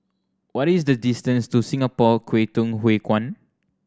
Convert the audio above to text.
what is the distance to Singapore Kwangtung Hui Kuan